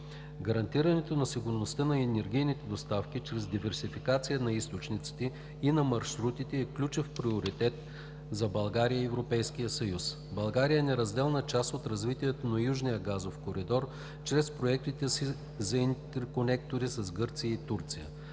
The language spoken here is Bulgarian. Гарантирането на сигурността на енергийните доставки чрез диверсификация на източниците и на маршрутите е ключов приоритет за България и Европейския съюз. България е неразделна част от развитието на Южния газов коридор чрез проектите си за интерконектори с Гърция и Турция.